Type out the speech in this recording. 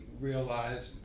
realized